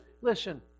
listen